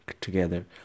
together